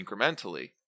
incrementally